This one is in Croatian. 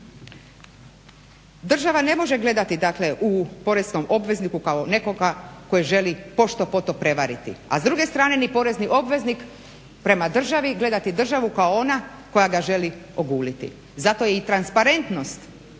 država ne može gledati dakle u poreznom obvezniku kao nekoga ko je želi pošto poto prevariti, a s druge strane ni porezni obveznik prema državi, gledati državu kao ona koja ga želi oguliti. Zato je i transparentnost